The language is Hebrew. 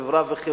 בכל חברה וחברה,